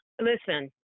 Listen